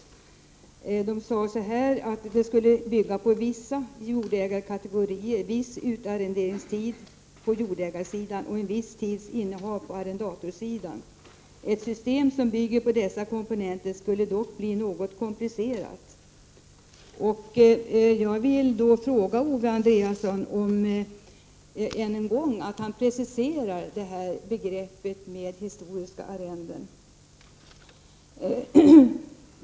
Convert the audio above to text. Utredningen sade att begreppet skulle bygga på vissa jordägarkategorier, viss utarrenderingstid vad gäller jordägarna och viss tids innehav i fråga om arrendatorerna. Ett system som bygger på dessa komponenter skulle dock bli något komplicerat. Jag vill med anledning av detta be Owe Andréasson att än en gång precisera begreppet historiska arrenden.